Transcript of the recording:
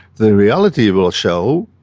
the reality will show,